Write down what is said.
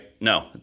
No